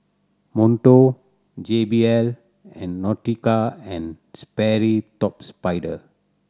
Monto J B L and Nautica and Sperry Top Sider